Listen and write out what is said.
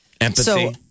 Empathy